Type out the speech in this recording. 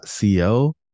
Co